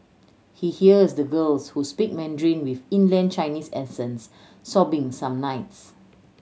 he hears the girls who speak Mandarin with inland Chinese accents sobbing some nights